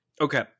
okay